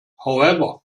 however